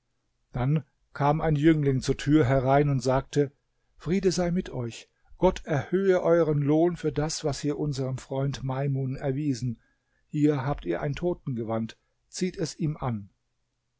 dann kam ein jüngling zur tür herein und sagte friede sei mit euch gott erhöhe eueren lohn für das was ihr unserem freund meimun erwiesen hier habt ihr ein totengewand zieht es ihm an